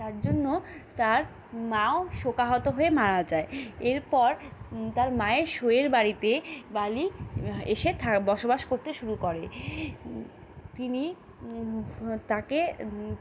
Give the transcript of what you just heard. তার জন্য তার মাও সোকাহত হয়ে মারা যায় এরপর তার মায়ের সইয়ের বাড়িতে বালি এসে বসবাস করতে শুরু করে তিনি তাকে